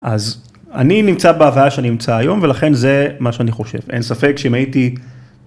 אז אני נמצא בהוויה שאני נמצא היום ולכן זה מה שאני חושב, אין ספק שאם הייתי...